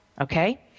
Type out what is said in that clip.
Okay